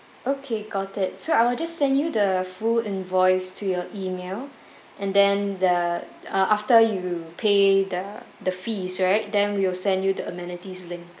okay got it so I will just send you the full invoice to your email and then the uh after you pay the the fees right then we'll send you the amenities link